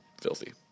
filthy